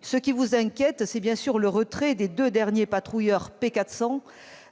Ce qui vous inquiète, c'est bien sûr le retrait des deux derniers patrouilleurs P400